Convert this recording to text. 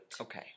Okay